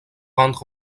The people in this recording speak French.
rendre